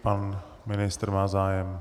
Pan ministr má zájem.